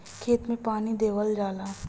खेत मे पानी देवल जाला